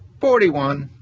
forty one,